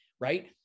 right